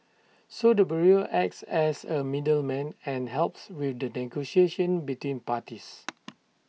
so the bureau acts as A middleman and helps with the negotiation between parties